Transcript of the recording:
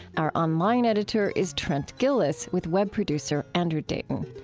our online editor is trent gilliss, with web producer andrew dayton.